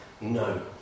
No